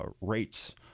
rates